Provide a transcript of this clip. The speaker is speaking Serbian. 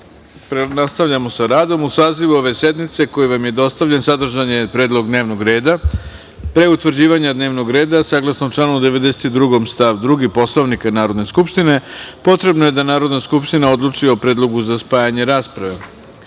saziv ove sednice, koji vam je dostavljen, sadržan je predlog dnevnog reda. Pre utvrđivanja dnevnog reda, saglasno članu 92. stav 2. Poslovnika Narodne skupštine, potrebno je da Narodna skupština odluči o predlogu za spajanje rasprave. Narodni